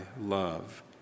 love